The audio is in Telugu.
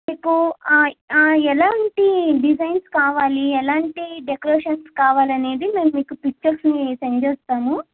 మీకు ఎలాంటి డిజైన్స్ కావాలి ఎలాంటి డెకరేషన్స్ కావాలనేది మేము మీకు పిక్చర్స్ని సెండ్ చేస్తాము